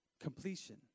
completion